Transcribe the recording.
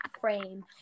frame